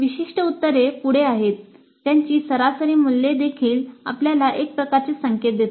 विशिष्ट उत्तरे पुढे आहेत त्यांची सरासरी मूल्ये देखील आपल्याला एक प्रकारचे संकेत देतात